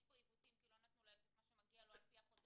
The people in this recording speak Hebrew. יש פה עיוותים כי לא נתנו לילד את מה שמגיע לו על פי החוזר,